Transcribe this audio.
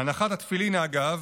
הנחת התפילין, אגב,